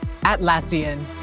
Atlassian